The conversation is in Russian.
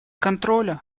контроля